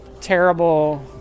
Terrible